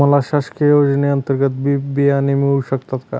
मला शासकीय योजने अंतर्गत बी बियाणे मिळू शकतात का?